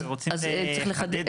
אז צריך לחדד.